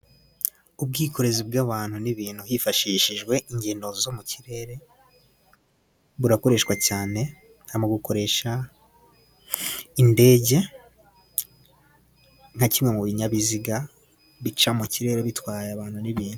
Ubwikorezi bw'abantu n' ibintu hifashishijwe ingendo zo mu kirere burakoreshwa cyane. Harimo gukoresha indege nka kimwe mu binyabiziga bica mu kirere bitwaye abantu n'ibintu.